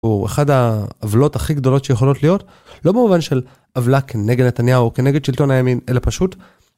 הוא אחד העוולות הכי גדולות שיכולות להיות, לא במובן של עוולה כנגד נתניהו כנגד שלטון הימין, אלא פשוט.